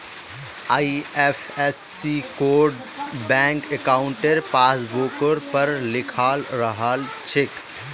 IFSC code bank अंकाउट पासबुकवर पर लिखाल रह छेक